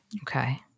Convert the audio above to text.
Okay